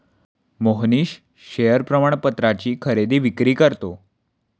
Mohnish share प्रमाणपत्राची खरेदी विक्री करतो